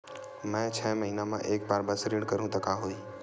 मैं छै महीना म एक बार बस ऋण करहु त का होही?